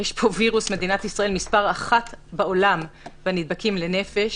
יש פה וירוס ומדינת ישראל מס' 1 בעולם בנדבקים לנפש.